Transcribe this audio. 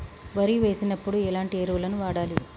వరి వేసినప్పుడు ఎలాంటి ఎరువులను వాడాలి?